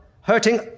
hurting